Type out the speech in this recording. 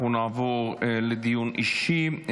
אנחנו נעבור לדיון אישי.